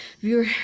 viewer